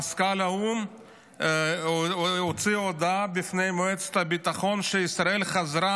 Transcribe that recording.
מזכ"ל האו"ם הוציא הודעה בפני מועצת הביטחון שישראל חזרה